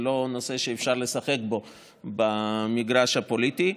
זה לא נושא שאפשר לשחק בו במגרש הפוליטי.